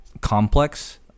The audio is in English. complex